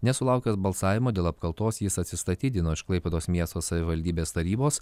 nesulaukęs balsavimo dėl apkaltos jis atsistatydino iš klaipėdos miesto savivaldybės tarybos